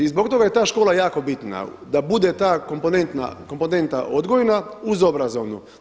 I zbog toga je ta škola jako bitna da bude ta komponenta odgojna uz obrazovnu.